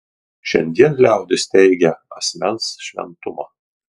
šiandien liaudis teigia asmens šventumą